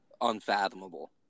unfathomable